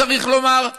צריך לומר,